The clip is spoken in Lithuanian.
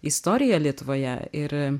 istorija lietuvoje ir